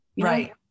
Right